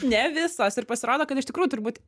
ne visos ir pasirodo kad iš tikrųjų turbūt